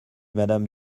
madame